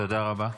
תודה רבה.